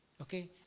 Okay